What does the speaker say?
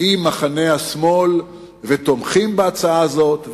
עם מחנה השמאל ותומכים בהצעה הזאת,